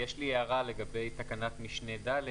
יש לי הערה לגבי תקנת משנה (ד).